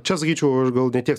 čia sakyčiau aš gal ne tiek